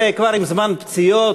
זה כבר עם זמן פציעות,